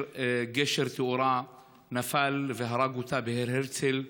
גשר תאורה נפל והרג אותה בהר הרצל,